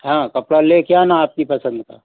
हाँ कपड़ा लेकर आना आपकी पसंद का